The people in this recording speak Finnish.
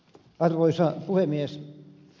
arvoisa puhemies